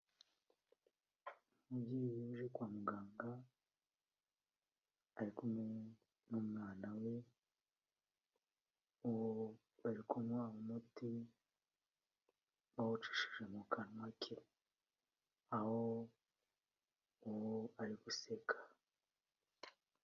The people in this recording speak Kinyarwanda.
Umubyeyi uje kwa muganga ari kumwe n'umwana we; ubu bari kunywa umuti bawucishije mu kanwa ke. Aho ubu ari guseka.